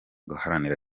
guharanira